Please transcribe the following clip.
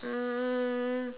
um